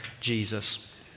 Jesus